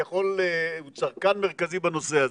הוא צרכן מרכזי בנושא הזה,